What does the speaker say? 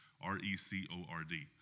R-E-C-O-R-D